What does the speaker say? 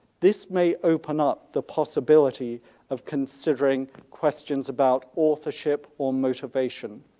this may open up the possibility of considering questions about authorship or motivation.